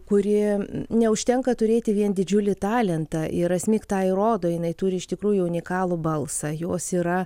kuri neužtenka turėti vien didžiulį talentą ir asmik tą įrodo jinai turi iš tikrųjų unikalų balsą jos yra